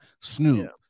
Snoop